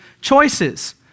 choices